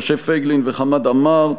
משה פייגלין וחמד עמאר.